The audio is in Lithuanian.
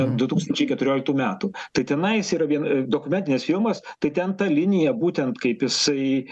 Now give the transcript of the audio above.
du tūkstančiai keturioliktų metų tai tenais yra vien dokumentinis filmas tai ten ta linija būtent kaip jisai